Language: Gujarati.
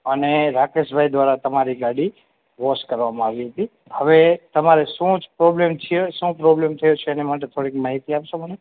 અને રાકેશભાઈ દ્વારા તમારી ગાડી વૉશ કરવામાં આવી હતી હવે તમારે શું જ પ્રોબ્લમ થયો શું પ્રોબલેમ છે એના માટે થોડીક માહિતી આપશો મને